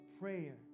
prayer